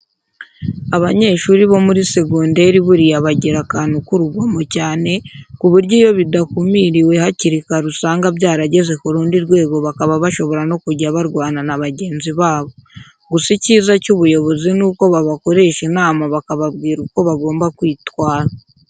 Abanyeshuri bo muri segonderi buriya bagira akantu k'urugomo cyane ku buryo iyo bidakumiriwe hakiri kare usanga byarageze ku rundi rwego bakaba bashobora no kujya barwana na bagenzi babo. Gusa icyiza cy'ubuyobozi ni uko babakoresha inama bakababwira uko bagomba kwitwara.